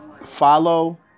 follow